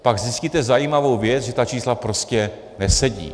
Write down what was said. Pak zjistíte zajímavou věc, že ta čísla prostě nesedí.